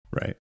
Right